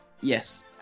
yes